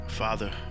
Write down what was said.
Father